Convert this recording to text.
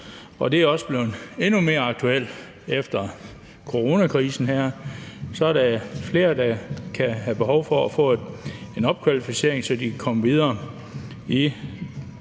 det er blevet endnu mere aktuelt efter coronakrisen her, for så er der flere, der kan have behov for at få en opkvalificering, så de kan komme videre i